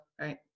Right